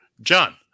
John